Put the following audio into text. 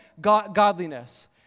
godliness